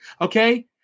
Okay